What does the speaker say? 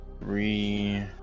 Three